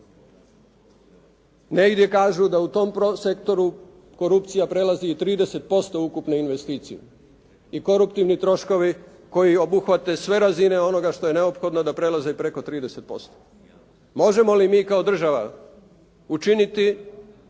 Negdje kažu da u tom prosektoru korupcija prijelazi i 30% ukupne investicije i koruptivni troškovi koji obuhvate sve razine onoga što je neophodno da prelaze i preko 30%. Možemo li mi kao država učiniti,